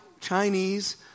Chinese